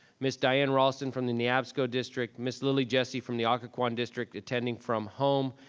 ms. diane raulston from the neabsco district, ms. lillie jessie from the ah occoquan district, attending from home.